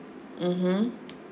mmhmm